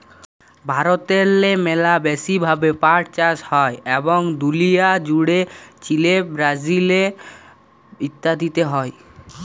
ভারতেল্লে ম্যালা ব্যাশি ভাবে পাট চাষ হ্যয় এবং দুলিয়া জ্যুড়ে চিলে, ব্রাজিল ইত্যাদিতে হ্যয়